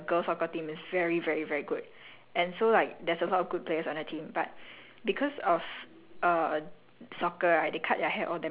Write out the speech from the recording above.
but like okay so there was one time in secondary school right cause my secondary school the girls' soccer team is very very very good and so like there's a lot of good players on the team but